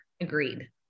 Agreed